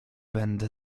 będę